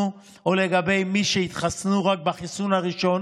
או לגבי מי שהתחסנו רק בחיסון הראשון